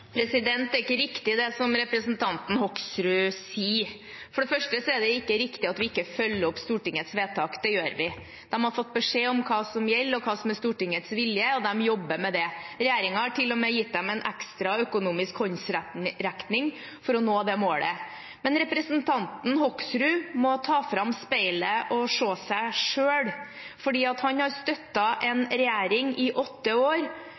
Det er ikke riktig som representanten Hoksrud sier. For det første er det ikke riktig at vi ikke følger opp Stortingets vedtak, det gjør vi. De har fått beskjed om hva som gjelder, hva som er Stortingets vilje, og de jobber med det. Regjeringen har til og med gitt dem en ekstra økonomisk håndsrekning for å nå det målet. Representanten Hoksrud må ta fram speilet og se seg selv, for han har støttet en regjering i åtte år